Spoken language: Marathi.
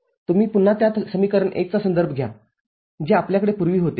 तुम्ही पुन्हा त्या समीकरण १ चा संदर्भ घ्या जे आपल्याकडे पूर्वी होते